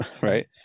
right